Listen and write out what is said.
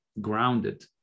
grounded